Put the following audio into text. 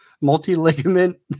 multi-ligament